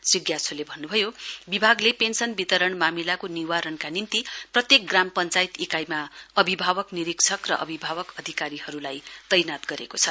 श्री ग्याछोले भन्नभयो विभागले पेन्सन वितरण मामिलाको समाधानका निम्ति प्रत्येक ग्राम पञ्चायत इकाइमा अभिभावक निरीक्षक र अभिभावक अधिकारीहरुलाई तैनात गरेको छ